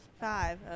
Five